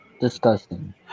disgusting